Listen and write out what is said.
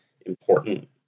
important